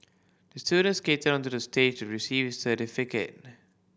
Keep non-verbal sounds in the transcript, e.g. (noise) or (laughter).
the student skated onto the stage receive his certificate (unintelligible)